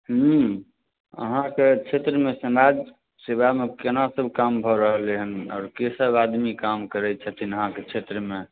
ह्म्म अहाँके क्षेत्रमे समाज सेवामे केना सभ काम भऽ रहलै हेँ आओर केसभ आदमी काम करै छथिन अहाँके क्षेत्रमे